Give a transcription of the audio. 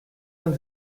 and